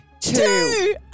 Two